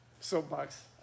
soapbox